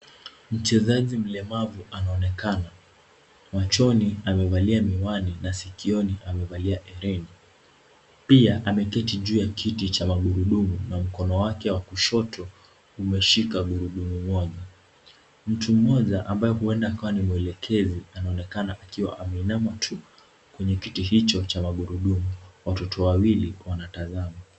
Mchezaji mlemavu anaonekana. Machoni amevalia miwani na sikioni amevalia herini pia ameketi juu ya kiti cha magurudumu na mkono wake wa kushoto umeshika gurudumu moja. Mtu mmoja ambaye huenda akawa ni mwelekezi anaonekana akiwa ameinama tu kwenye kiti hicho cha magurudumu. Watoto wawili wanatazama,